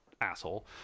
asshole